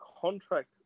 contract